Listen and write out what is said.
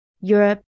Europe